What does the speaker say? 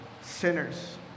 sinners